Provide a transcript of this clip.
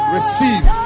Receive